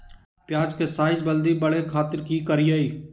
प्याज के साइज जल्दी बड़े खातिर की करियय?